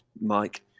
Mike